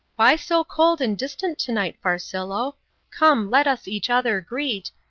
why so cold and distant tonight, farcillo? come, let us each other greet,